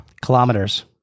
Kilometers